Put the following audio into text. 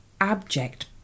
abject